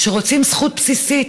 שרוצים זכות בסיסית,